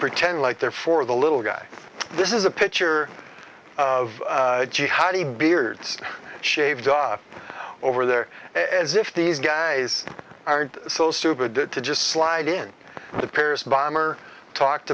pretend like they're for the little guy this is a picture of jihadi beards shaved off over there as if these guys aren't so stupid to just slide in the pair's bomber talked